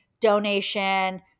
donation